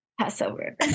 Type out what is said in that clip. Passover